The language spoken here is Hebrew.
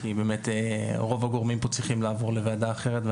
כי באמת רוב הגורמים פה צריכים לעבור לוועדה אחרת.